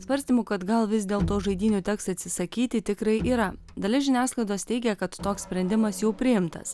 svarstymų kad gal vis dėlto žaidynių teks atsisakyti tikrai yra dalis žiniasklaidos teigia kad toks sprendimas jau priimtas